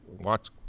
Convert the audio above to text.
watch